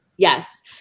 Yes